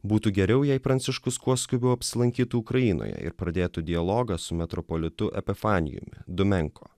būtų geriau jei pranciškus kuo skubiau apsilankytų ukrainoje ir pradėtų dialogą su metropolitu epifanijumi dumenko